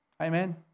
Amen